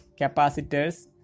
capacitors